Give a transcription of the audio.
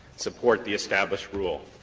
support the established rule.